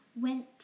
went